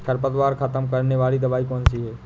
खरपतवार खत्म करने वाली दवाई कौन सी है?